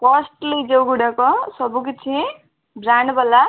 costly ଯେଉଁ ଗୁଡ଼ାକ ସବୁ କିଛି ବ୍ରାଣ୍ଡ ବାଲା